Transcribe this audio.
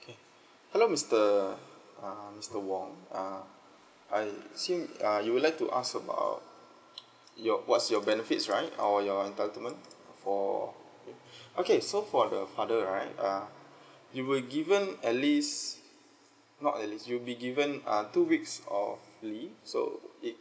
okay hello mister uh mister wong uh I seem uh you would like ask about your what's your benefits right or your entitlement for okay so for the father right uh you will given at least not at least you'll be given uh two weeks of leave so it